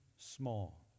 small